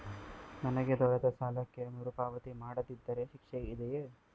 ನನಗೆ ದೊರೆತ ಸಾಲಕ್ಕೆ ಮರುಪಾವತಿ ಮಾಡದಿದ್ದರೆ ಶಿಕ್ಷೆ ಇದೆಯೇ?